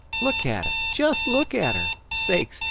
look at her jest look at her! sakes!